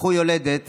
לקחו יולדת